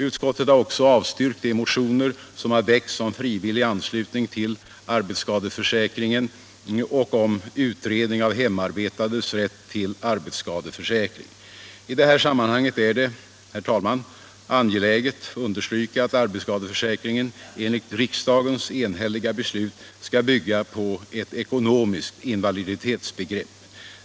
Utskottet har också avstyrkt de motioner som har väckts om frivillig anslutning till arbetsskadeförsäkringen och om utredning av hemarbetandes rätt till arbetsskadeförsäkring. I det här sammanhanget är det, herr talman, angeläget understryka att arbetsskadeförsäkringen enligt riksdagens enhälliga beslut skall bygga på ett ekonomiskt invaliditetsbegrepp.